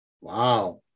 Wow